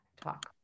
talk